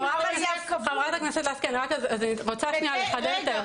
חברת הכנסת לסקי, אני רוצה לחדד.